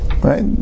right